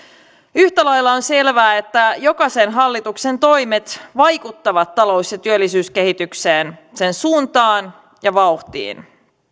yhtä lailla on selvää että jokaisen hallituksen toimet vaikuttavat talous ja työllisyyskehitykseen sen suuntaan ja vauhtiin